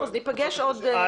בסדר, אז ניפגש עוד שבוע.